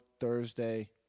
Thursday